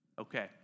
Okay